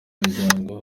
muryango